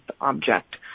object